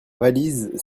valise